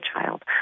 child